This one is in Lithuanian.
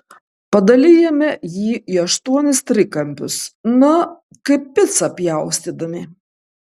padalijame jį į aštuonis trikampius na kaip picą pjaustydami